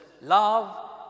love